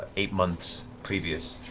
eight months previous.